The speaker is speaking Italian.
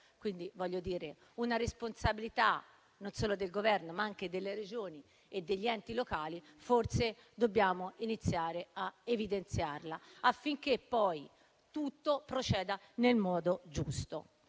Sei. È quindi una responsabilità non solo del Governo, ma anche delle Regioni e degli enti locali: forse dobbiamo iniziare a evidenziarla, affinché poi tutto proceda nel modo giusto.